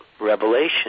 revelation